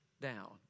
down